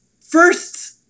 first